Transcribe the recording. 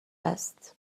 است